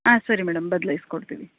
ಹಾಂ ಸರಿ ಮೇಡಮ್ ಬದ್ಲಾಯ್ಸಿ ಕೊಡ್ತೀವಿ